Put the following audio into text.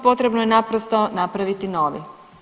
Potrebno je naprosto napraviti novi.